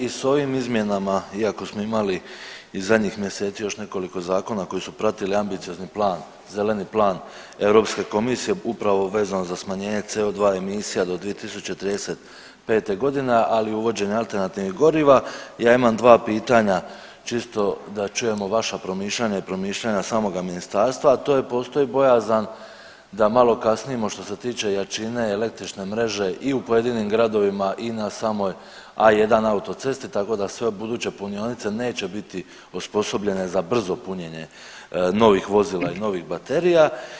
I s ovim izmjenama iako smo imali i zadnjih mjeseci još nekoliko zakona koji su pratili ambiciozni plan, zeleni plan Europske komisije upravo vezano za smanjenje CO2 emisija do 2035.g., ali i uvođenja alternativnih goriva, ja imam dva pitanja čisto da čujemo vaša promišljanja i promišljanja samoga ministarstva, a to je postoji bojazan da malo kasnimo što se tiče jačine električne mreže i u pojedinim gradovima i na samoj A1 autocesti tako da sve buduće punionice neće biti osposobljene za brzo punjenje novih vozila i novih baterija?